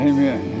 Amen